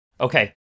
Okay